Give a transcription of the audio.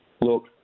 Look